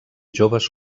joves